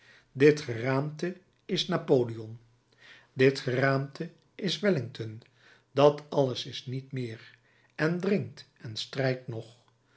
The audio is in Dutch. dit geraamte is napoleon dit geraamte is wellington dat alles is niet meer en dringt en strijdt nog